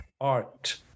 art